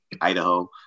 Idaho